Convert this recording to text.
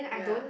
yeah